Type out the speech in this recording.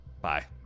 bye